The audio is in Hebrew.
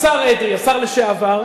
השר אדרי, השר לשעבר,